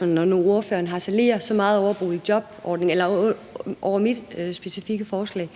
Når nu ordføreren harcelerer så meget over mit specifikke forslag,